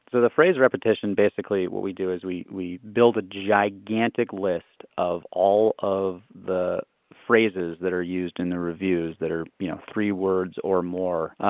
so the phrase repetition basically, what we do is we we build a gigantic list of all of the phrases that are used in the reviews that are, you know, three words or more.